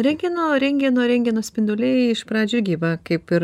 rentgeno rentgeno spinduliai iš pradžių irgi va kaip ir